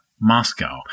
Moscow